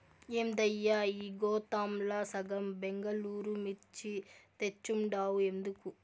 ఏందయ్యా ఈ గోతాంల సగం బెంగళూరు మిర్చి తెచ్చుండావు ఎందుకు